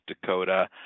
Dakota